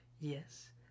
Yes